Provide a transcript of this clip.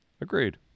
Agreed